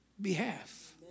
behalf